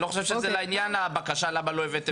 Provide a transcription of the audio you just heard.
אני לא חושב שהבקשה היא לעניין.